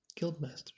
guildmasters